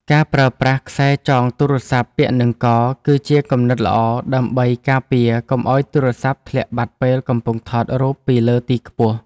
ការប្រើប្រាស់ខ្សែចងទូរស័ព្ទពាក់នឹងក គឺជាគំនិតល្អដើម្បីការពារកុំឱ្យទូរស័ព្ទធ្លាក់បាត់ពេលកំពុងថតរូបពីលើទីខ្ពស់។